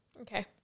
Okay